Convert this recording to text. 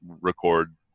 record